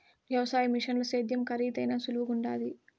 వ్యవసాయ మిషనుల సేద్యం కరీదైనా సులువుగుండాది